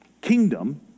kingdom